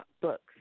books